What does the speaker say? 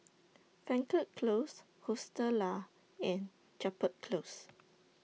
Frankel Close Hostel Lah and Chapel Close